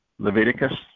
Leviticus